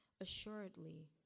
assuredly